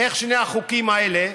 איך שני החוקים האלה,